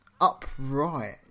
upright